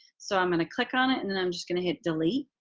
so i'm going to click on it and and i'm just gonna hit delete.